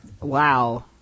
wow